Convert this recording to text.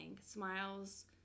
smiles